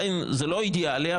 זה לא אידיאלי,